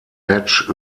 match